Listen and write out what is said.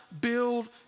build